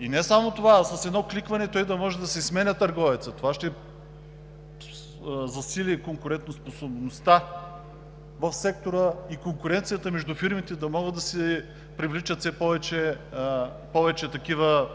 И не само това, а с едно кликване той да може да си сменя търговеца. Това ще засили конкурентоспособността в сектора и конкуренцията между фирмите, да могат да си привличат все повече такива